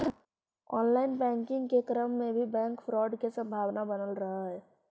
online banking के क्रम में भी बैंक फ्रॉड के संभावना बनल रहऽ हइ